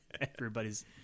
Everybody's